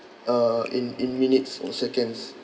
er in in minutes or seconds